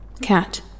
cat